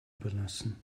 überlassen